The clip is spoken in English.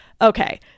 Okay